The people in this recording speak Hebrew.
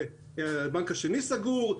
הבנק השני סגור,